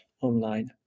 online